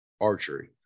archery